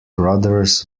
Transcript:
brothers